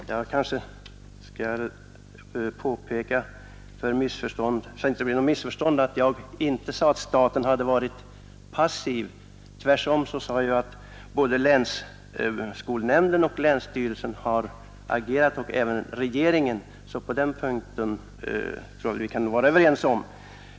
Herr talman! Jag skall kanske påpeka för att inte något missförstånd skall uppstå att jag inte sade att staten hade varit passiv. Tvärtom sade jag att både länsskolnämnden och länsstyrelsen liksom även regeringen har agerat. På den punkten tror jag således att vi kan vara överens.